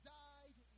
died